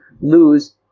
lose